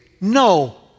no